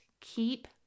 keep